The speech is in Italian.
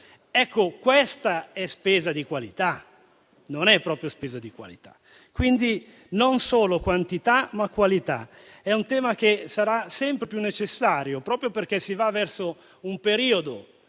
Ecco, questa non è proprio spesa di qualità. Quindi non solo quantità, ma qualità. È un tema che sarà sempre più necessario; proprio perché si va verso un periodo